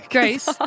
Grace